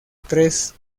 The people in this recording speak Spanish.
tres